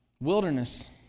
Wilderness